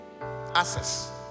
access